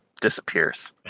disappears